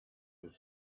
was